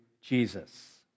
Jesus